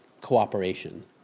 cooperation